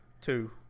two